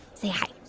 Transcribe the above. say hi